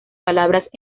palabras